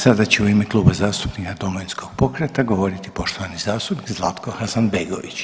Sada će u ime Kluba zastupnika Domovinskog pokreta govoriti poštovani zastupnik Zlatko Hasanbegović.